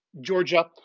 Georgia